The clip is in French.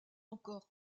encore